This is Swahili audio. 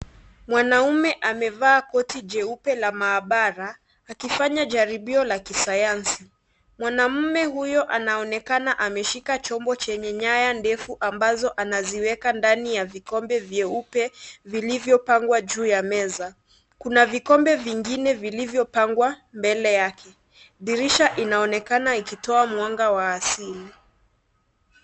Mwanaume amevaa koti jeupe ya mahabara akifanya jaribio la kisayansi, mwanaume huyo anaoneka ameshika chombo chenye nyaya ndefu ambazo anaziweka ndani ya vikombe vyeupe vilivyopangwa juu ya meza, kuna vikombe vingine vilivyopangwa mbele yake, dirisha inaonekana ikitoa mwanga wa asili.